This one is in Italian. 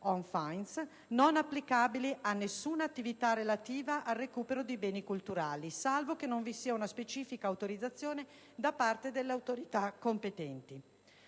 non applicabili ad alcuna attività relativa al recupero di beni culturali, salvo che non vi sia una specifica autorizzazione da parte delle autorità competenti.